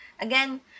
Again